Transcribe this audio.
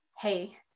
hey